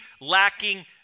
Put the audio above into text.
lacking